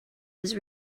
his